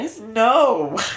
No